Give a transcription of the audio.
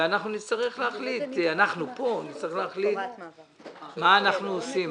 אנחנו נצטרך להחליט מה אנחנו עושים.